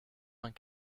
vingt